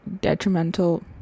detrimental